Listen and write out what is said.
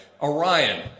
Orion